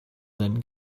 then